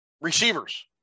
receivers